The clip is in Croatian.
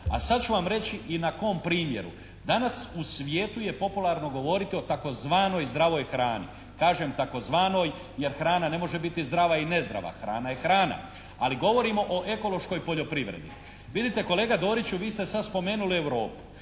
A sad ću vam reći i na kom primjeru. Danas u svijetu je popularno govoriti o tzv. zdravoj hrani. Kažem tzv. jer hrana ne može biti zdrava i nezdrava, hrana je hrana. Ali govorimo o ekološkoj poljoprivredi. Vidite kolega Doriću, vi ste sada spomenuli Europu.